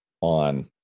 on